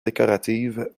décorative